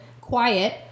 quiet